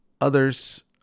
Others